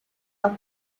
are